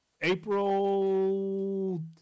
April